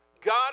God